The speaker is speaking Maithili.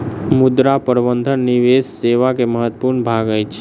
मुद्रा प्रबंधन निवेश सेवा के महत्वपूर्ण भाग अछि